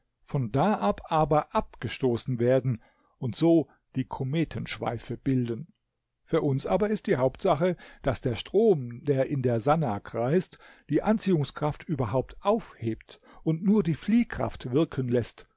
von da ab aber abgestoßen werden und so die kometenschweife bilden für uns aber ist die hauptsache daß der strom der in der sannah kreist die anziehungskraft überhaupt aufhebt und nur die fliehkraft wirken läßt